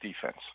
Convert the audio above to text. defense